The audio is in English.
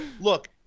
Look